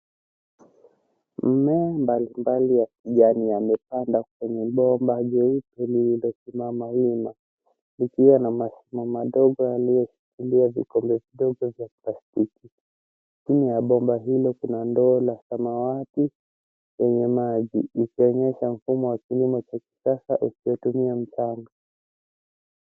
Mimea mbalimbali ya kijani yamepandwa kwenye bomba jeupe lililosimama wima likiwa na mashimo madogo yaliyoshikilia vikombe vidogo vya plastiki. Chini ya bomba hilo kuna ndoo la samawati yenye maji ikionyesha mfumo wa kilimo cha kisasa usiotumia mchanga.